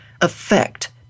affect